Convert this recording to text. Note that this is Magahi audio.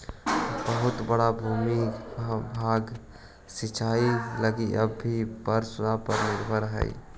बहुत बड़ा भूभाग सिंचाई लगी अब भी वर्षा पर निर्भर हई